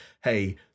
hey